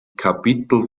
kapitel